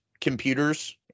computers